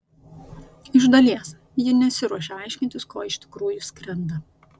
iš dalies ji nesiruošia aiškintis ko iš tikrųjų skrenda